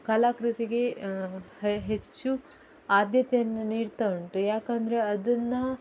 ಕಲಾಕೃತಿಗೆ ಹೆಚ್ಚು ಆದ್ಯತೆಯನ್ನು ನೀಡ್ತಾ ಉಂಟು ಯಾಕೆಂದರೆ ಅದನ್ನು